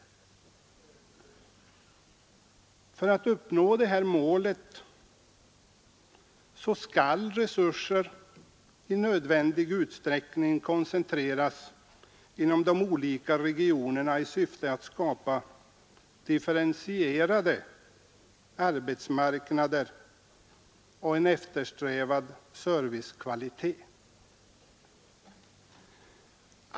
För att uppnå detta mål skall resurser i tillräcklig utsträckning koncentreras inom de olika regionerna i syfte att skapa differentierade arbetsmarknader och en eftersträvad servicekvalitet.